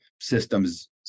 systems